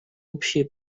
общие